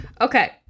okay